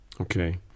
okay